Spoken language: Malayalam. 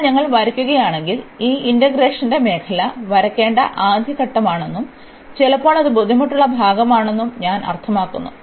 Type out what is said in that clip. അതിനാൽ ഞങ്ങൾ വരയ്ക്കുകയാണെങ്കിൽ ഇത് ഇന്റഗ്രേഷന്റെ മേഖല വരയ്ക്കേണ്ട ആദ്യ ഘട്ടമാണെന്നും ചിലപ്പോൾ അത് ബുദ്ധിമുട്ടുള്ള ഭാഗമാണെന്നും ഞാൻ അർത്ഥമാക്കുന്നു